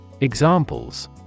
Examples